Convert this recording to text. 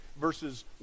verses